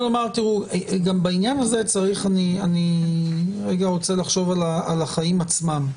בעניין הזה, אני רוצה רגע לחשוב על החיים עצמם.